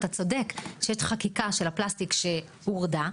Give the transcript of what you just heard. אתה צודק שיש חקיקה של הפלסטיק שהורדה,